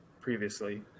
previously